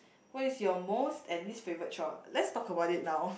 what is your most and least favourite chore let's talk about it now